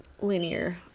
linear